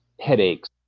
headaches